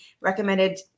recommended